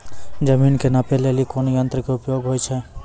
जमीन के नापै लेली कोन यंत्र के उपयोग होय छै?